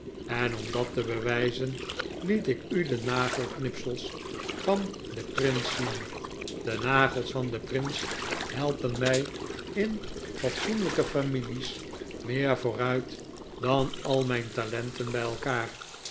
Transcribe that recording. en om dat te bewijzen liet ik u de nagelknipsels van den prins zien de nagels van den prins helpen mij in fatsoenlijke familie's meer vooruit dan al mijn talenten bij elkaar